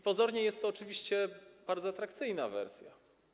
Pozornie jest to oczywiście bardzo atrakcyjna wersja.